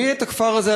אני את הכפר הזה,